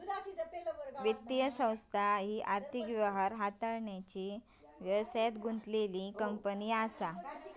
वित्तीय संस्था ह्या आर्थिक व्यवहार हाताळण्याचा व्यवसायात गुंतलेल्यो कंपनी असा